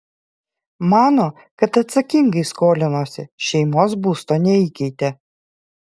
mano kad atsakingai skolinosi šeimos būsto neįkeitė